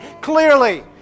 clearly